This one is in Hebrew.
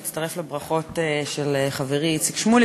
להצטרף לברכות של חברי איציק שמולי.